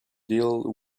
deal